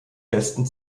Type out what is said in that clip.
besten